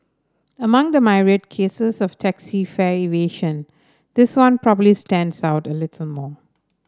among the myriad cases of taxi fare evasion this one probably stands out a little more